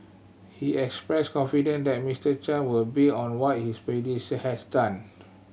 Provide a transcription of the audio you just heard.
he expressed confidence that Mister Chan would be on what his predecessor has done